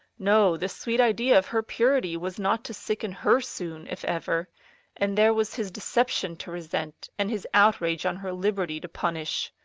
no, the sweet idea of her purity was not to sicken her soon, if ever and there was his deception to resent, and his outrage on her liberty to punish.